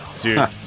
Dude